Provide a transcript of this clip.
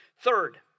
Third